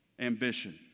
ambition